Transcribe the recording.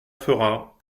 fera